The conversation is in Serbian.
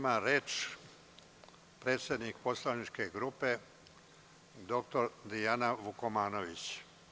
Reč ima predsedik poslaničke grupe dr Dijana Vukomanović.